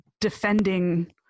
defending